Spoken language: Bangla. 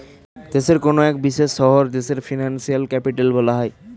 দেশের কোনো এক বিশেষ শহর দেশের ফিনান্সিয়াল ক্যাপিটাল হয়